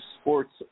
Sports